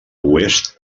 oest